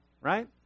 right